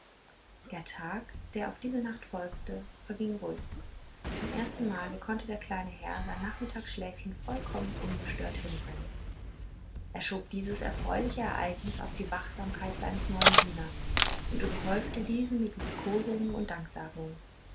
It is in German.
der tag der auf diese nacht folgte verging ruhig zum ersten male konnte der kleine herr sein nachmittagschläfchen vollkommen ungestört hinbringen er schob dieses erfreuliche ereignis auf die wachsamkeit seines neuen dieners und überhäufte diesen mit liebkosungen und